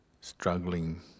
struggling